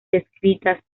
descritas